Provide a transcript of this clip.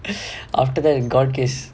after that gone case